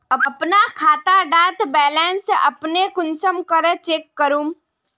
अपना खाता डार बैलेंस अपने कुंसम करे चेक करूम?